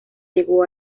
llegó